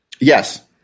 Yes